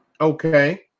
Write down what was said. Okay